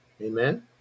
Amen